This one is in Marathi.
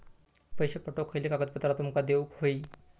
पैशे पाठवुक खयली कागदपत्रा तुमका देऊक व्हयी?